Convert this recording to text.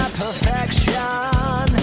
perfection